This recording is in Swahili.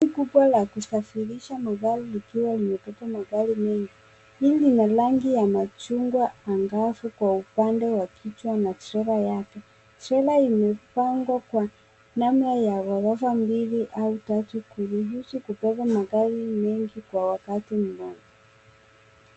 Lori kubwa la kusafirisha magari likiwa limebeba magari mengi. Hili la rangi ya machungwa angavu kwa upande wa kichwa na trela yake. Trela imepangwa kwa namna ya ghorofa mbili au tatu kuruhusu kubeba magari mengi kwa wakati mmoja.